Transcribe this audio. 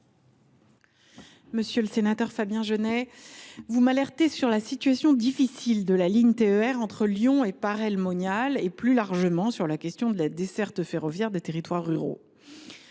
Monsieur le sénateur Fabien Genet, vous m’alertez sur la situation difficile de la ligne TER entre Lyon et Paray le Monial, plus largement sur la question de la desserte ferroviaire des territoires ruraux.